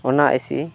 ᱚᱱᱟ ᱮᱥᱤ